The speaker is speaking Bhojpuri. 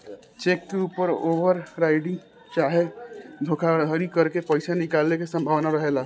चेक के ऊपर ओवर राइटिंग चाहे धोखाधरी करके पईसा निकाले के संभावना रहेला